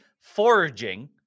foraging